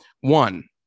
One